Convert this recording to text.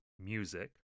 music